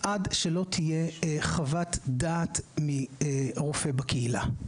עד שלא תהיה חוות דעת מרופא בקהילה,